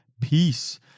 peace